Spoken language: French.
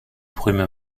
brume